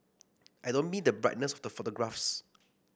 I don't mean the brightness of the photographs